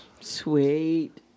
Sweet